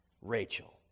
Rachel